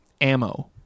ammo